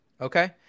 Okay